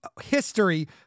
history